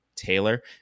Taylor